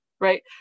Right